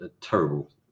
terrible